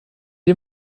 est